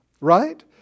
Right